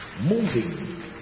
Moving